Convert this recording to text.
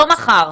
לא מחר.